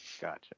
Gotcha